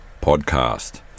Podcast